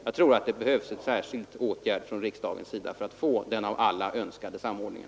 Jag tror att det behövs en särskild åtgärd från riksdagens sida för att få den av alla önskade samordningen.